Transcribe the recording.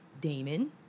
Damon